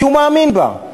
כי הוא מאמין בה.